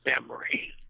memory